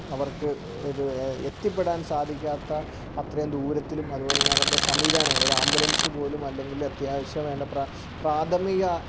അവർക്ക് ഒരു എത്തിപ്പെടാൻ സാധിക്കാത്ത അത്രയും ദൂരത്തിലും അതുപോലെതന്നെ അവരുടെ സംവിധാനങ്ങള് ഒരു ആംബുലൻസ് പോലും അല്ലെങ്കിൽ അത്യാവശ്യം വേണ്ട പ്ര പ്രാഥമിക